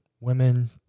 women